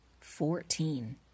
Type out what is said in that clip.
Fourteen